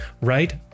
right